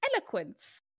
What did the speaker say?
eloquence